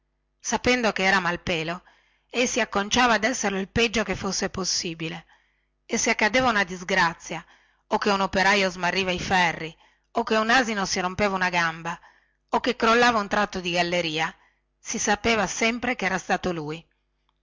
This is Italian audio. sapendo che era malpelo ei si acconciava ad esserlo il peggio che fosse possibile e se accadeva una disgrazia o che un operaio smarriva i ferri o che un asino si rompeva una gamba o che crollava un tratto di galleria si sapeva sempre che era stato lui